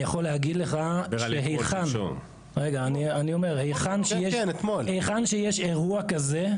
אני יכול להגיד לך שהיכן שיש אירוע כזה,